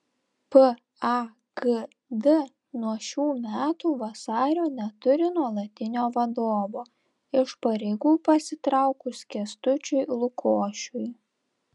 pagd nuo šių metų vasario neturi nuolatinio vadovo iš pareigų pasitraukus kęstučiui lukošiui